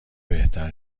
بهتر